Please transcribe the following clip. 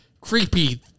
creepy